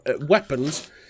weapons